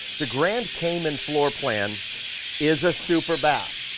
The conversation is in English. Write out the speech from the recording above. the grand cayman floor plan is a superbath.